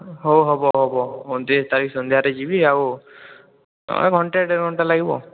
ହେଉ ହେବ ହେବ ଅଣତିରିଶ ତାରିଖ ସନ୍ଧ୍ୟାରେ ଯିବି ଆଉ ହଁ ଘଣ୍ଟେ ଦେଢ଼ ଘଣ୍ଟା ଲାଗିବ